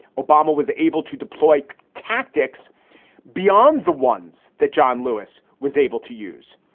obama was able to deploy tactics beyond the ones that john lewis was able to use.